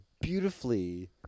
beautifully